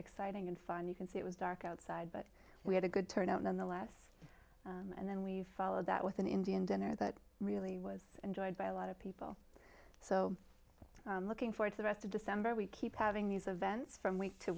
exciting and fun you can see it was dark outside but we had a good turnout than the last and then we followed that with an indian dinner that really was enjoyed by a lot of people so looking forward to the rest of december we keep having these events from week to